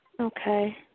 Okay